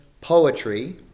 poetry